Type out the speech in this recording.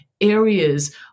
areas